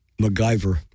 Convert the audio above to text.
MacGyver